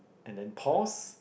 and then pause